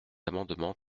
amendement